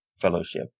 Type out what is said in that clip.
fellowship